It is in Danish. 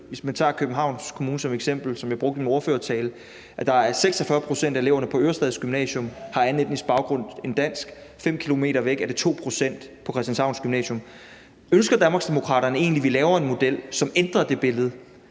hvis man tager Københavns Kommune som eksempel, som jeg gjorde i min ordførertale – at der er 46 pct. af eleverne på Ørestad Gymnasium, der har anden etnisk baggrund end dansk, og at det 5 km væk på Christianshavns Gymnasium er 2 pct.? Ønsker Danmarksdemokraterne egentlig, at vi laver en model, som ændrer det billede?